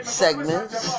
segments